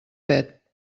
pet